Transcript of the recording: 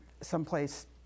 someplace